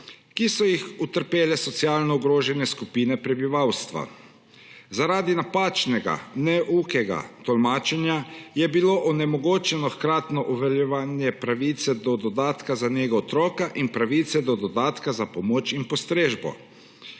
ki so jih utrpele socialno ogrožene skupine prebivalstva. Zaradi napačnega, neukega tolmačenja je bilo onemogočeno hkratno uveljavljanje pravice do dodatka za nego otroka in pravice do dodatka za pomoč in postrežbo.